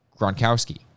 Gronkowski